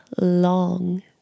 long